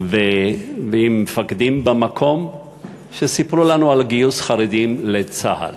ועם מפקדים במקום שסיפרו לנו על גיוס חרדים לצה"ל,